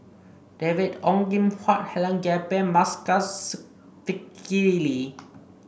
David Ong Kim Huat Helen Gilbey and Masagos Zulkifli